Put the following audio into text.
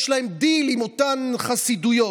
יש להם דיל עם אותן חסידויות.